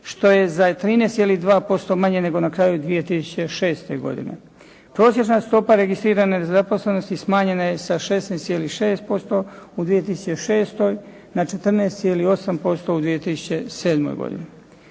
što je za 13,2% manje nego na kraju 2006. godine. Prosječna stopa registrirane nezaposlenosti smanjena je sa 16,6% u 2006. na 14,8% u 2007. godini.